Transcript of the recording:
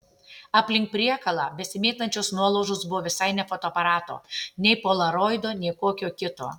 aplink priekalą besimėtančios nuolaužos buvo visai ne fotoaparato nei polaroido nei kokio kito